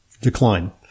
decline